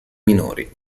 minori